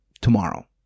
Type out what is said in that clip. tomorrow